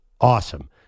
Awesome